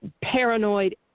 paranoid